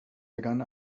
begann